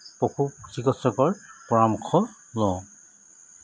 পশু চিকিৎসকৰ পৰামৰ্শ লওঁ